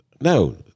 No